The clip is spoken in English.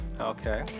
okay